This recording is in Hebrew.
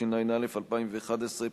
התשע"א 2011,